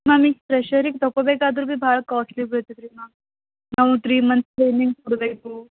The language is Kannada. ಮ್ಯಾಮ್ ಈಗ ಫ್ರೆಷರಿಗೆ ತಗೋಬೇಕಾದ್ರು ಭಿ ಬಹಳ ಕಾಸ್ಟ್ಲಿ ಬೀಳ್ತದರೀ ಮ್ಯಾಮ್ ನಾವು ಥ್ರೀ ಮಂತ್ ಟ್ರೈನಿಂಗ್ ಕೊಡಬೇಕು